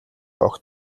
огт